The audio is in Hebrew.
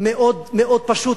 מאוד מאוד פשוט.